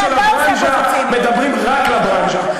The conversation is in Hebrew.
הציוצים של הברנז'ה מדברים רק לברנז'ה.